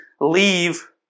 leave